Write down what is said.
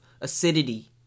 acidity